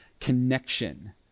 connection